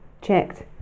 checked